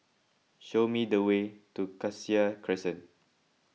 show me the way to Cassia Crescent